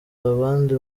abandi